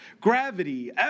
gravity